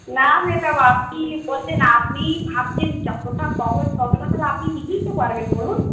না ম্যাডাম আপনি বলছেন আপনি ভাবছেন যতটা সহজ ততটা তাহলে আপনি নিজেই তো পারবেন বলুন